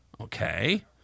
Okay